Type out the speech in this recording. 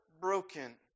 broken